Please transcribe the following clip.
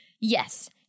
Yes